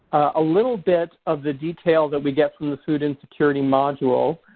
a little bit of the detail that we get from the food insecurity module.